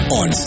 on